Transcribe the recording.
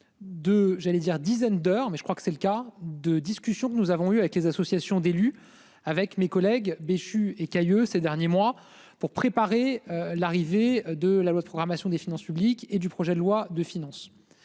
De, j'allais dire dizaines d'heures, mais je crois que c'est le cas de discussion que nous avons eue avec les associations d'élus, avec mes collègues Béchu et Cayeux ces derniers mois pour préparer l'arrivée de la loi de programmation des finances publiques et du projet de loi de finances,